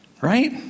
right